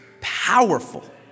powerful